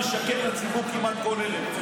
משקר לציבור כמעט כל ערב,